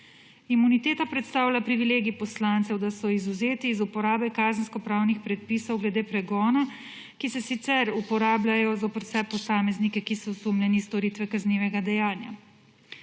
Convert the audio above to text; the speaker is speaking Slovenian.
Imuniteta predstavlja privilegij poslancev, da so izvzeti iz uporabe kazenskopravnih predpisov glede pregona, ki se sicer uporabljajo zoper vse posameznike, ki so osumljeni storitve kaznivega dejanja.